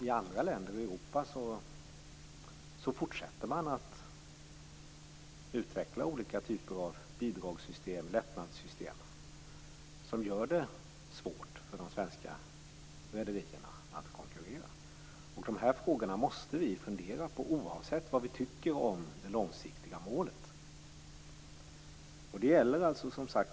I andra länder i Europa fortsätter man att utveckla olika typer av bidrags och lättnadssystem som gör det svårt för de svenska rederierna att konkurrera. Vi måste fundera över dessa frågor - oavsett vad vi tycker om det långsiktiga målet.